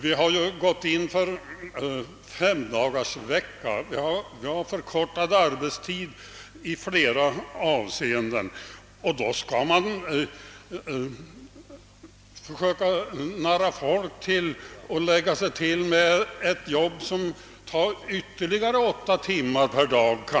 Vi har gått in för femdagarsvecka och vi har på flera andra sätt förkortat arbetstiden. Ändå skulle man på det här området försöka narra folk att lägga sig till med ett jobb som tar kanske ytterligare åtta timmar per dag.